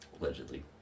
Allegedly